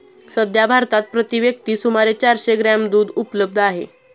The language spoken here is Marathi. सध्या भारतात प्रति व्यक्ती सुमारे चारशे ग्रॅम दूध उपलब्ध आहे